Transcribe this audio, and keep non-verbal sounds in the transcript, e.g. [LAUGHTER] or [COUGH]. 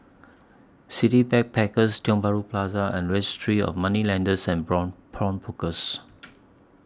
City Backpackers Tiong Bahru Plaza and Registry of Moneylenders and [UNINTELLIGIBLE] Pawnbrokers